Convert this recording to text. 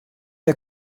der